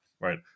Right